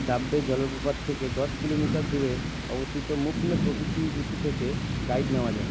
ডাব্বে জলপ্রপাত থেকে দশ কিলোমিটার দূরে অবস্থিত মুপ্নে প্রকৃতি বীথি থেকে গাইড নেওয়া যায়